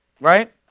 Right